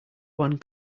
one